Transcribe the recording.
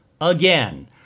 again